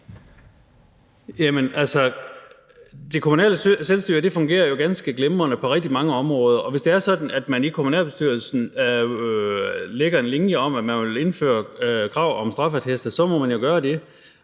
det kommunale selvstyre fungerer ganske glimrende på rigtig mange områder, og hvis det er sådan, at man i kommunalbestyrelsen lægger en linje om, at man vil indføre krav om straffeattest, så må man jo gøre det,